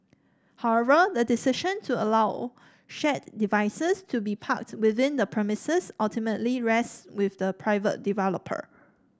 however the decision to allow shared devices to be parked within the premises ultimately rest with the private developer